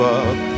up